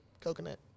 coconut